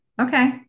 okay